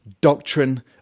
doctrine